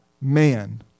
man